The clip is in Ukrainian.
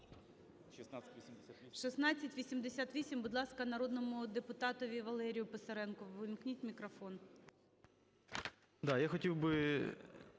1688. Будь ласка, народному депутатові Валерію Писаренку ввімкніть мікрофон.